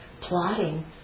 plotting